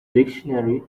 dictionary